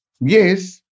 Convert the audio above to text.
Yes